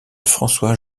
françois